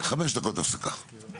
על הולחו"ף, כן.